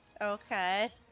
Okay